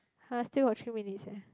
!huh! still got three minutes eh